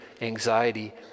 anxiety